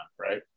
right